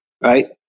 Right